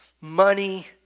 money